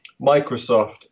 Microsoft